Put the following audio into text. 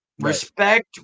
respect